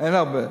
אין הרבה,